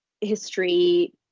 history